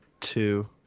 two